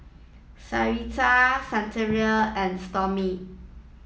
Sarita Santina and Stormy